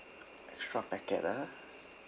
extra packet ah